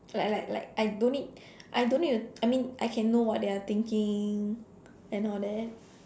like like like I don't need I don't need to I mean I can know what they are thinking and all that